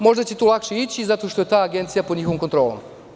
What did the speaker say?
Možda će tu lakše ići, zato što je ta agencija pod njihovom kontrolom.